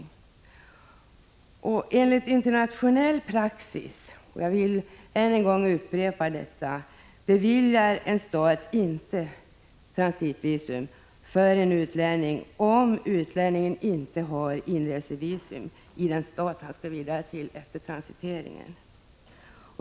Jag vill upprepa att enligt internationell praxis beviljar en stat inte transitvisum för en utlänning, om denne inte har inresevisum från den stat som han skall vidare till efter transiteringen.